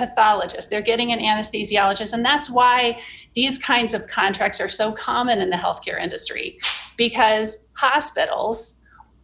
pathologist they're getting an anesthesiologist and that's why these kinds of contracts are so common in the health care industry because hospitals